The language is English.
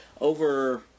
over